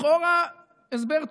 לכאורה הסבר טוב.